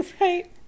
Right